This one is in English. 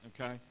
okay